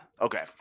Okay